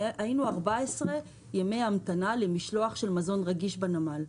היו 14 ימי המתנה למשלוח של מזון רגיש בנמל.